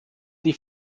die